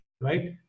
right